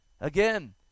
Again